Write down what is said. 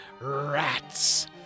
rats